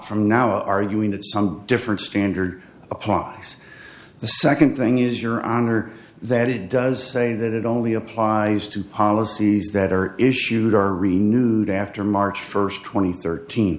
from now arguing that some different standard applies the second thing is your honor that it does say that it only applies to policies that are issued are renewed after march first twenty thirteen